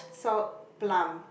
salt plum